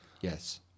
Yes